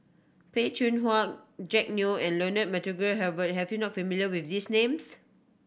Peh Chin Hua Jack Neo and Leonard Montague Harrod have you not familiar with these names